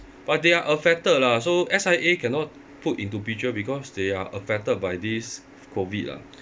but they are affected lah so S_I_A cannot put into picture because they are affected by this COVID lah